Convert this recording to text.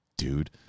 dude